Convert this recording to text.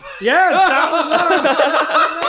Yes